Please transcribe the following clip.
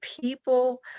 people